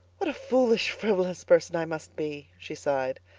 what a foolish, frivolous person i must be, she sighed.